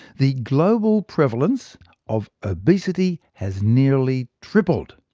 the global prevalence of obesity has nearly tripled!